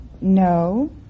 No